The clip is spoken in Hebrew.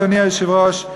אדוני היושב-ראש,